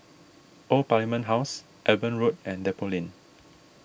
Old Parliament House Eben Road and Depot Lane